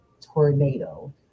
Tornado